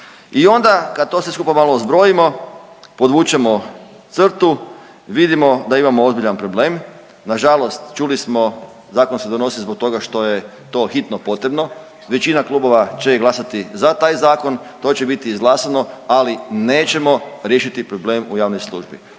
I onda kad to sve skupa malo zbrojimo, podvučemo crtu, vidimo da imamo ozbiljan problem. Nažalost čuli smo zakon se donosi zbog toga što je to hitno potrebno, većina klubova će glasati za taj zakon, to će biti izglasano, ali nećemo riješiti problem u javnoj službi.